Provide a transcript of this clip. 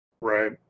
right